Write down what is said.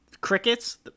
crickets